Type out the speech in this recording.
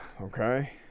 okay